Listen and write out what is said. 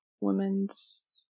Women's